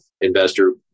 investor